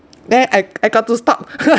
then I I got to stop